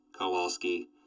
Kowalski